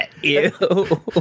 Ew